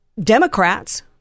Democrats